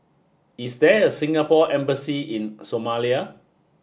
is there a Singapore embassy in Somalia